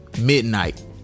Midnight